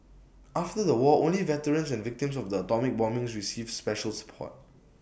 after the war only veterans and victims of the atomic bombings received special support